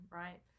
right